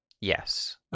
Yes